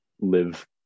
live